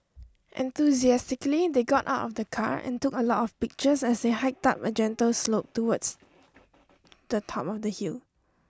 enthusiastically they got out of the car and took a lot of pictures as they hiked up a gentle slope towards the top of the hill